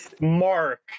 Mark